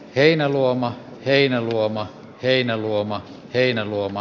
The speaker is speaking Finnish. heinäluoma heinäluoma heinäluoma heinäluoma